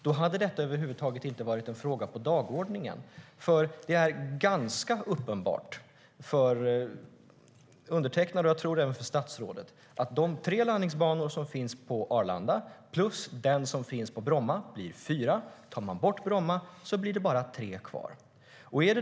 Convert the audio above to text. Då hade detta över huvud taget inte varit en fråga på dagordningen. Det är ganska uppenbart för undertecknad och även för statsrådet, tror jag, att med de tre landningsbanor som finns på Arlanda och med den som finns på Bromma blir det fyra, och tar man bort Bromma blir det bara tre kvar.